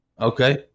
Okay